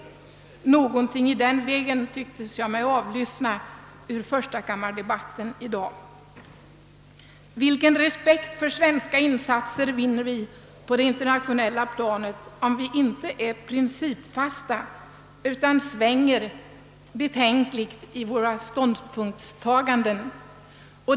Någonting i den vägen tyckte jag mig avlyssna vid förstakammardebatten i dag. Vilken respekt för svenska insatser vinner vi på det internationella planet, om vi inte är principfasta utan svänger betydligt i våra ståndpunktstaganden?